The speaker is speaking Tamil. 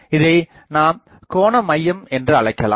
இதை நாம் கோணமையம் என்று அழைக்கலாம்